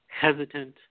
hesitant